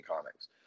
comics